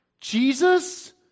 Jesus